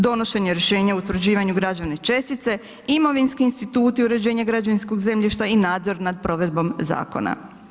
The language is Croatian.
Donošenje rješenja o utvrđivanju građevne čestice, imovinski instituti uređenja građevinskog zemljišta i nadzor nad provedbom zakona.